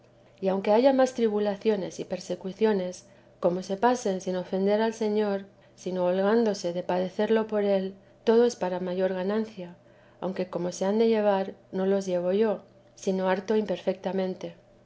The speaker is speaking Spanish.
y aunque haya más tribulaciones y persecuciones como se pasen sin ofender al señor sino holgándose de padecerlo por él todo es para mayor ganancia aunque como se han de llevar no los llevo yo sino harto imperfectamente